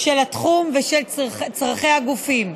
של התחום ושל צורכי הגופים,